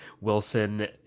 Wilson